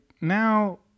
now